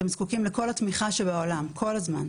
אתם זקוקים לכל התמיכה שבעולם, כל הזמן,